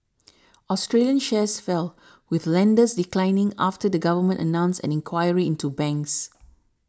Australian shares fell with lenders declining after the government announced an inquiry into banks